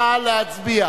נא להצביע.